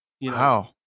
Wow